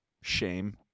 shame